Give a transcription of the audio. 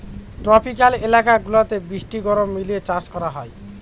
tropical এলাকা গুলাতে বৃষ্টি গরম মিলিয়ে চাষ করা হয়